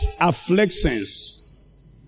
afflictions